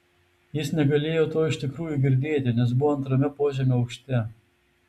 jis negalėjo to iš tikrųjų girdėti nes buvo antrame požemio aukšte